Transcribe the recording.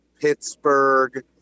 Pittsburgh